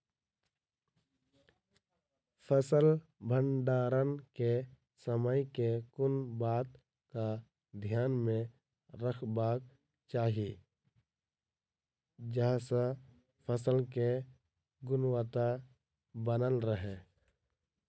फसल भण्डारण केँ समय केँ कुन बात कऽ ध्यान मे रखबाक चाहि जयसँ फसल केँ गुणवता बनल रहै?